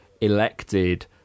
elected